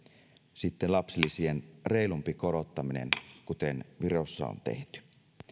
sitten lapsilisien reilumpi korottaminen kuten virossa on tehty